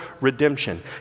redemption